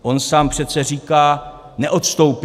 On sám přece říká: neodstoupím.